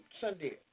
Sunday